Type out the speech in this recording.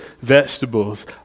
vegetables